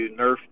Nerf